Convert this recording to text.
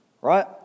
Right